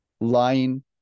Lying